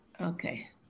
Okay